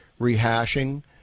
rehashing